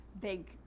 big